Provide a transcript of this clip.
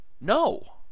No